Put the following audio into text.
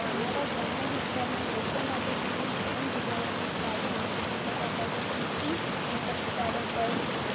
અમારા ગ્રામ્ય વિસ્તારમાં લોકો માટે તેમનું જીવન ગુજારવાનું સાધન મોટાભાગે ખેતી અને પશુપાલન હોય છે